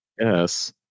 Yes